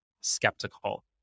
skeptical